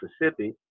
Mississippi